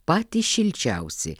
patys šilčiausi